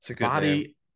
body